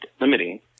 limiting